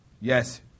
yes